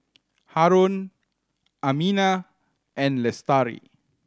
Haron Aminah and Lestari